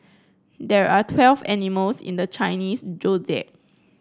there are twelve animals in the Chinese Zodiac